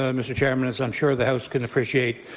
um mr. chairman, as i'm sure the house can appreciate,